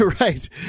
Right